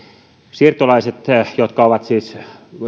siirtolaiset